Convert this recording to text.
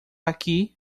aqui